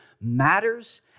matters